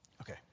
Okay